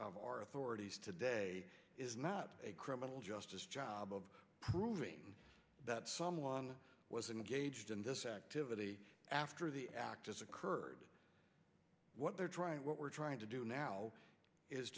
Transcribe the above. our authorities today is not a criminal justice job of proving that someone was engaged in this activity after the act is occurred what they're trying what we're trying to do now is